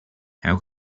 how